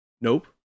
nope